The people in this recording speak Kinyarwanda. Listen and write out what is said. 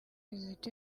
imiti